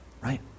right